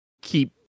keep